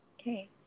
Okay